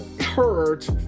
hurt